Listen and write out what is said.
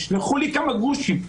תשלחו לי כמה גרושים.